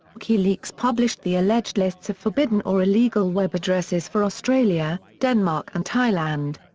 wikileaks published the alleged lists of forbidden or illegal web addresses for australia, denmark and thailand.